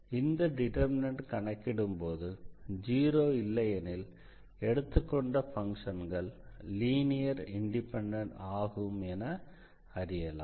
இந்த டிடெர்மினண்டை கணக்கிடும்போது ஜீரோ இல்லையெனில் எடுத்துக்கொண்ட பங்க்ஷன்கள் லீனியர் இண்டிபெண்டன்ட் ஆகும் என அறியலாம்